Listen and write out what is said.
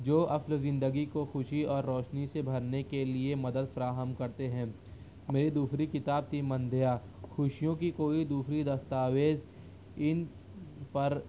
جو اپنی زندگی کو خوشی اور روشنی سے بھرنے کے لیے مدد فراہم کرتے ہیں میری دوسری کتاب تھی مندیا خوشیوں کی کوئی دوسری دستاویز ان پر